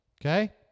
Okay